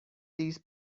these